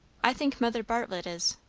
i think mother bartlett is.